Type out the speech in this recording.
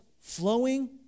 flowing